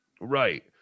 Right